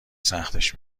سختش